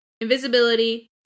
invisibility